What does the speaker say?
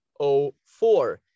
04